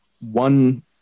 one